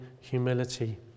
humility